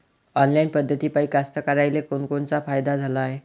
Online पद्धतीपायी कास्तकाराइले कोनकोनचा फायदा झाला हाये?